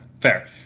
fair